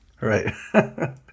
Right